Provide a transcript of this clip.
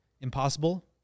impossible